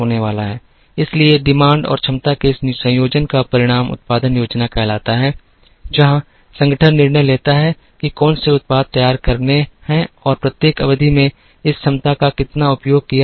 इसलिए मांग और क्षमता के इस संयोजन का परिणाम उत्पादन योजना कहलाता है जहां संगठन निर्णय लेता है कि कौन से उत्पाद तैयार करने हैं और प्रत्येक अवधि में इस क्षमता का कितना उपयोग किया जाना है